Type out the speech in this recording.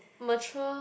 mature